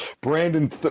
Brandon